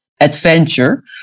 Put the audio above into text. adventure